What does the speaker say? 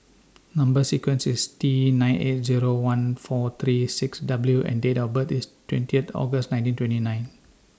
Number sequence IS T nine eight Zero one four three six W and Date of birth IS twenty August nineteen twenty nine